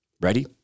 Ready